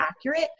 accurate